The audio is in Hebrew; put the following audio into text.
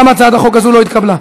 גם הצעת החוק הזאת לא התקבלה.